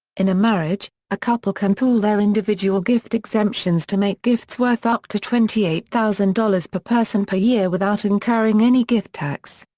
in a marriage, a couple can pool their individual gift exemptions to make gifts worth up to twenty eight thousand dollars per person per year without incurring any gift tax.